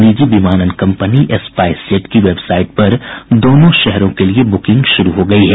निजी विमानन company SpiceJet की वेबसाइट पर दोनों शहरों के लिये बुकिंग शुरू हो गई है